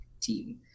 team